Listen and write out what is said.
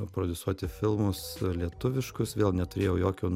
prodiusuoti filmus lietuviškus vėl neturėjau jokio